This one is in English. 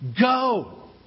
Go